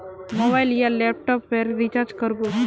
Mobile या laptop पेर recharge कर बो?